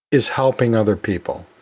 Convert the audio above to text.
is helping other people.